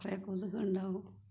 കുറേ കൊതുക് ഉണ്ടാകും